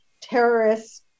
terrorists